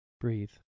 breathe